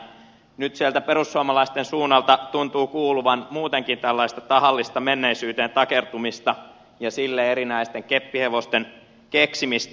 nyt sieltä perussuomalaisten suunnalta tuntuu kuuluvan muutenkin tällaista tahallista menneisyyteen takertumista ja sille erinäisten keppihevosten keksimistä